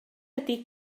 ydy